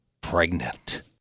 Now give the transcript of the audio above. pregnant